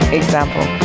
example